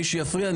מי שיפריע,